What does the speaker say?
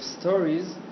stories